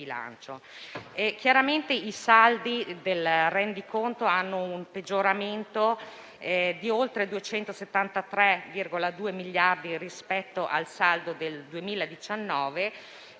i saldi del rendiconto 2020 registrano un peggioramento di oltre 273,2 miliardi rispetto al saldo del 2019